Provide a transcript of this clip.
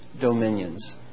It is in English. dominions